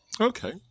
Okay